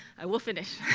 i will finish.